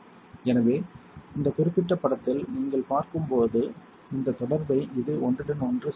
எனவே இந்த குறிப்பிட்ட படத்தில் நீங்கள் பார்க்கும் இந்த தொடர்பை இது ஒன்றுடன் ஒன்று சேர்க்கிறது